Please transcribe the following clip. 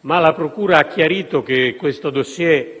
ma la procura ha chiarito che questo *dossier*